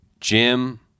Jim